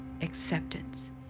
acceptance